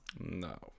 No